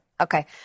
Okay